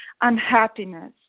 unhappiness